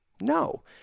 No